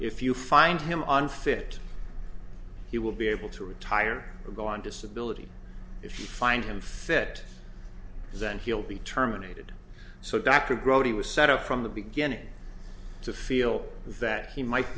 if you find him unfit he will be able to retire or go on disability if you find him fit then he'll be terminated so dr grody was set up from the beginning to feel that he might